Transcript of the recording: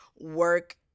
work